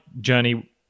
journey